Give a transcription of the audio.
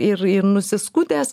ir ir nusiskutęs